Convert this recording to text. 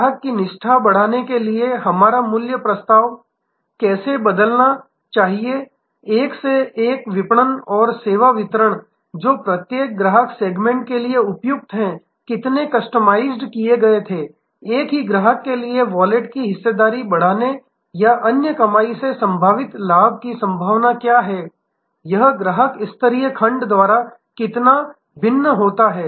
ग्राहक की निष्ठा बढ़ाने के लिए हमारा मूल्य प्रस्ताव कैसे बदलना चाहिए एक से एक विपणन और सेवा वितरण जो प्रत्येक ग्राहक सेगमेंट के लिए उपयुक्त है कितने कस्टमाइज़ किए गए थे एक ही ग्राहक के लिए वॉलेट की हिस्सेदारी बढ़ाने या अन्य कमाई से संभावित लाभ की संभावना क्या है यह ग्राहक स्तरीय या खंड द्वारा कितना भिन्न होता है